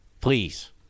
please